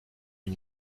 une